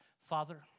Father